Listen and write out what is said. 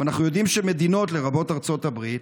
אבל אנחנו יודעים שמדינות, לרבות ארצות הברית,